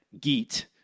Geet